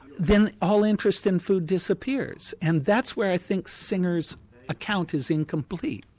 then all interest in food disappears, and that's where i think singer's account is incomplete.